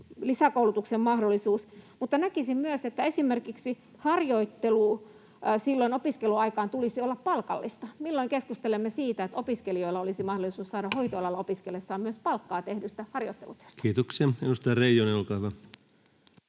lisäkoulutuksen mahdollisuus. Mutta näkisin myös, että esimerkiksi harjoittelun tulisi olla opiskeluaikaan palkallista. Milloin keskustelemme siitä, että opiskelijoilla olisi mahdollisuus saada hoitoalalla opiskellessaan myös palkkaa tehdystä harjoittelutyöstä? Kiitoksia. — Edustaja Reijonen, olkaa hyvä.